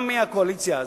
גם מהקואליציה,